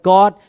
God